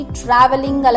traveling